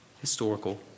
historical